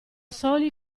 soli